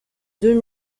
deux